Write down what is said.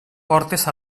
portes